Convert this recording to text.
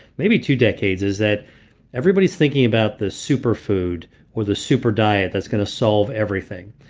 maybe two decades, is that everybody's thinking about the superfood or the super diet that's going to solve everything.